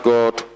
God